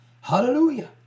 Hallelujah